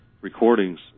recordings